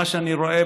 מה שאני רואה